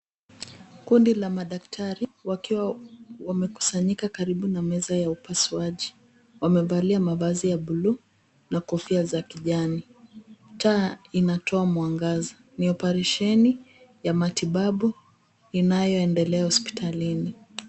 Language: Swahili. Kundi la madaktari wakiwa wamekusanyika karibu na meza ya upasuaji. Wamevalia mavazi ya buluu na kofia za kijani. Taa inatoa mwangazi, ni operesheni ya matibabu inayoendelea hospitalini.